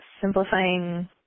simplifying